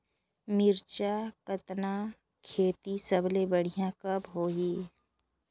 मिरचा कतना खेती सबले बढ़िया कब होही?